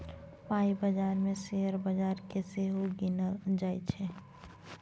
पाइ बजार मे शेयर बजार केँ सेहो गिनल जाइ छै